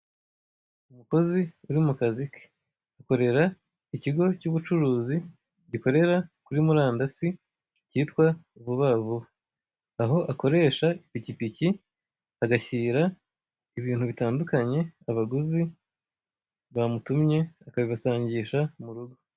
Umukozi uri mu kazi ke, akorera ikigo cy'ubucuruzi gikorera kuri murandasi cyitwa vuba vuba. Aho akoresha ipikipiki agashyira ibintu bitandukanye abaguzi bamutumye akabibasangisha mu rugo.